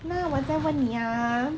那我再问你 ah